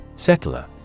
Settler